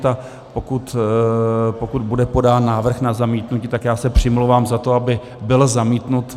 A pokud bude podán návrh na zamítnutí, tak já se přimlouvám za to, aby byl zamítnut.